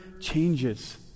changes